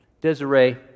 Desiree